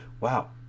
wow